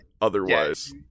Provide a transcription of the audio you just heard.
otherwise